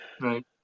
right